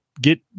Get